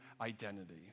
identity